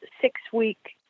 six-week